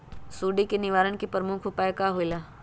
सुडी के निवारण के प्रमुख उपाय कि होइला?